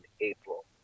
April